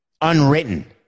Unwritten